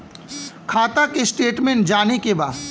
खाता के स्टेटमेंट जाने के बा?